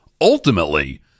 ultimately